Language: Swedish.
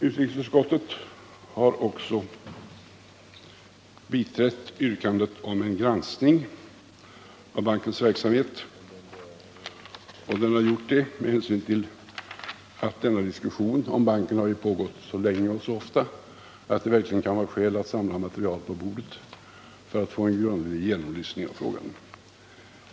Utrikesutskottet har också biträtt yrkandet om en granskning av bankens verksamhet med hänsyn till att diskussionen om banken har pågått så länge att det verkligen kan vara skäl att samla material på bordet för att få en grundlig genomlysning av frågan.